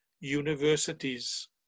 universities